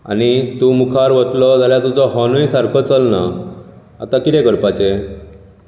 आनी तूं मुखार वतलो जाल्यार तुजो होर्नुय सारको चलना आता कितें करपाचें